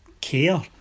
care